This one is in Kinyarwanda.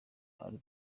ari